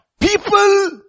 People